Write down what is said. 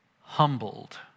humbled